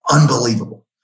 Unbelievable